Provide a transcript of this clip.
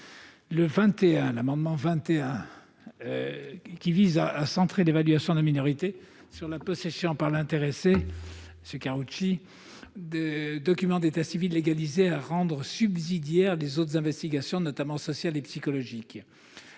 L'amendement n° 21 rectifié vise à centrer l'évaluation de la minorité sur la possession par l'intéressé de documents d'état civil légalisés, et à rendre subsidiaires les autres investigations, notamment sociales et psychologiques.